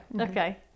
Okay